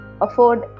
Afford